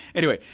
anyway,